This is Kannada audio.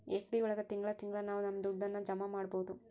ಎಫ್.ಡಿ ಒಳಗ ತಿಂಗಳ ತಿಂಗಳಾ ನಾವು ನಮ್ ದುಡ್ಡನ್ನ ಜಮ ಮಾಡ್ಬೋದು